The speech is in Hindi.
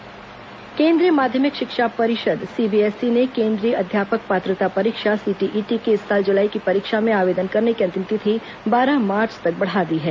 सीटीईटी परीक्षा आवेदन केंद्रीय माध्यमिक शिक्षा परिषद सीबीएसई ने केंद्रीय अध्यापक पात्रता परीक्षा सीटीईटी की इस साल जुलाई की परीक्षा में आवेदन करने की अंतिम तिथि बारह मार्च तक बढ़ा दी है